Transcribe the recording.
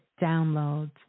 downloads